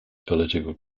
political